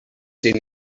den